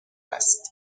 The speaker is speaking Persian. است